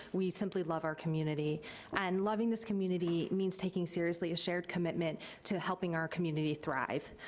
we simply love our community and loving this community means taking seriously a shared commitment to helping our community thrive.